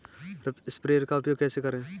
Sprayer का उपयोग कैसे करें?